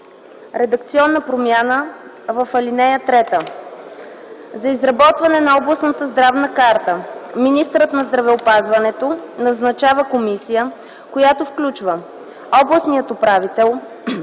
редакционна промяна в ал. 3: „За изработване на областната здравна карта министърът на здравеопазването назначава комисия, която включва: областният управител,